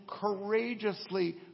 courageously